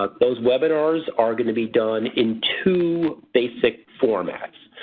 but those webinars are going to be done in two basic formats.